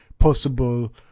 Possible